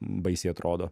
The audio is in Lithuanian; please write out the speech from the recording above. baisiai atrodo